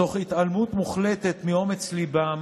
מתוך התעלמות מוחלטת מאומץ ליבם